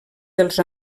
dels